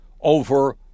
over